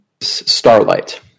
starlight